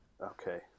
Okay